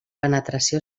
penetració